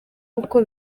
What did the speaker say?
uko